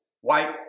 white